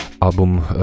album